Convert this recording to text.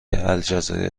الجزایر